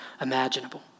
imaginable